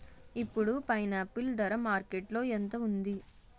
ఇప్పుడు పైనాపిల్ ధర మార్కెట్లో ఎంత ఉంది?